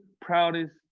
proudest